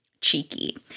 cheeky